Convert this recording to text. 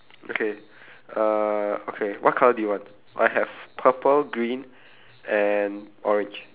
okay uh okay what colour do you want I have purple green and orange